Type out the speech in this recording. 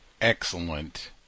Excellent